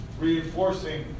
Reinforcing